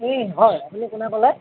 হয় আপুনি কোনে ক'লে